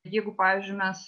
jeigu pavyzdžiui mes